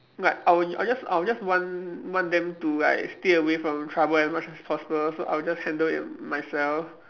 like I will I will just I will just want want them to like stay away from trouble as much as possible so I'll just handle it myself